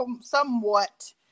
somewhat